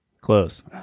Close